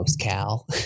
Cal